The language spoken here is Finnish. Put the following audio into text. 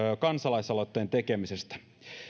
kansalaisaloitteen tekemisestä